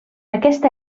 aquesta